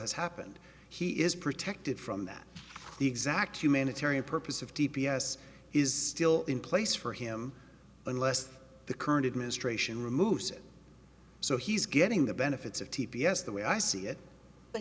has happened he is protected from that the exact humanitarian purpose of d p s is still in place for him unless the current administration removes it so he's getting the benefits of t p s the way i see it but